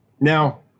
Now